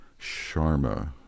Sharma